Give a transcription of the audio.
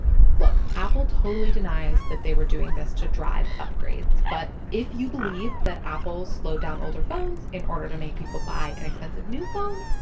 look. apple totally denies that they were doing this to drive upgrades. but if you believe that apple slowed down older phones in order to make people buy an expensive new phone,